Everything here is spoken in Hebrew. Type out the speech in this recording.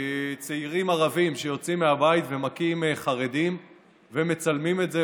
צעירים ערבים שיוצאים מהבית ומכים חרדים ומצלמים את זה,